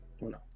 No